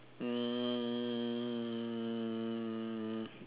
um